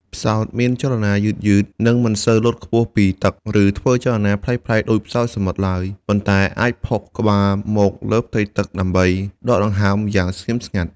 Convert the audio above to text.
ផ្សោតមានចលនាយឺតៗ និងមិនសូវលោតខ្ពស់ពីទឹក ឬធ្វើចលនាប្លែកៗដូចផ្សោតសមុទ្រឡើយ ប៉ុន្តែអាចផុសក្បាលមកលើផ្ទៃទឹកដើម្បីដកដង្ហើមយ៉ាងស្ងៀមស្ងាត់។